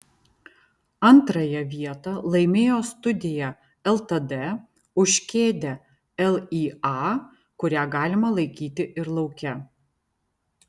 antrąją vietą laimėjo studija ltd už kėdę lya kurią galima laikyti ir lauke